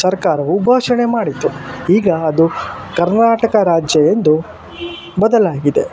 ಸರ್ಕಾರವು ಘೋಷಣೆ ಮಾಡಿತ್ತು ಈಗ ಅದು ಕರ್ನಾಟಕ ರಾಜ್ಯ ಎಂದು ಬದಲಾಗಿದೆ